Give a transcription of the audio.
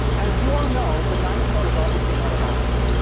as you all know, the dinosaur is obviously not alive.